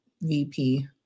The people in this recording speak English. VP